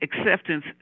acceptance